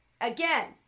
Again